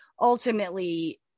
ultimately